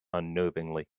unnervingly